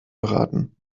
geraten